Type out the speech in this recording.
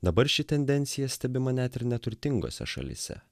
dabar ši tendencija stebima net ir neturtingose šalyse